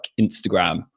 instagram